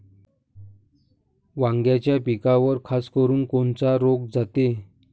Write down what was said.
वांग्याच्या पिकावर खासकरुन कोनचा रोग जाते?